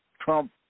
Trump